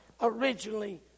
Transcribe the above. originally